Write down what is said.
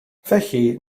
felly